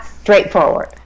straightforward